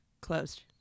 closed